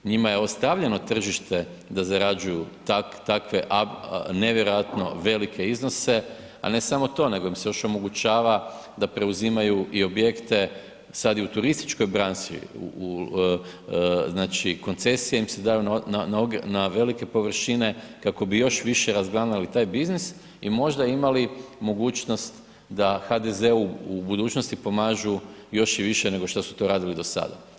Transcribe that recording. Njima je ostavljeno tržište da zarađuju takve nevjerojatno velike iznose, a ne samo to nego im se još omogućava da preuzimaju i objekte sa i u turističkoj branši u, znači koncesije im se daju na velike površine kako bi još više razgranali taj biznis i možda imali mogućnost da HDZ-u u budućnosti pomažu još i više nego što su to radili do sada.